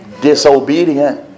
disobedient